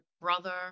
brother